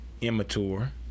immature